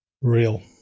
Real